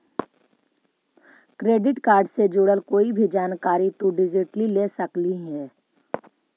credit card से जुड़ल कोई भी जानकारी तु डिजिटली ले सकलहिं हे